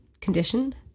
conditioned